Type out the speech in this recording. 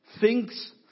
thinks